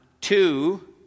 two